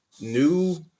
new